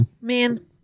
Man